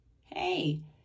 hey